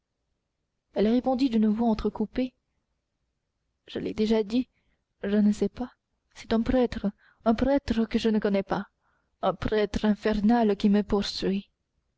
elle répondit d'une voix entrecoupée je l'ai déjà dit je ne sais pas c'est un prêtre un prêtre que je ne connais pas un prêtre infernal qui me poursuit